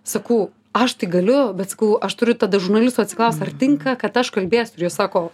sakau aš tai galiu bet sakau aš turiu tada žurnalistų atsiklaust ar tinka kad aš kalbėsiu ir jie sako